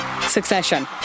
succession